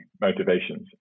motivations